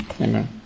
Amen